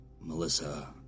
Melissa